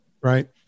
Right